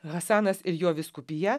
hasanas ir jo vyskupija